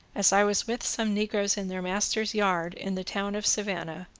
as i was with some negroes in their master's yard in the town of savannah,